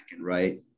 Right